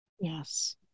Yes